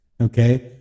okay